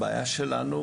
הבעיה שלנו,